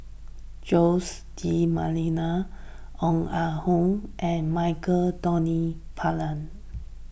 Jose D'Almeida Ong Ah Hoi and Michael Anthony Palmer